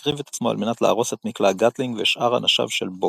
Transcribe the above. להקריב את עצמו על מנת להרוס את מקלע הגאטלינג ושאר אנשיו של בוג.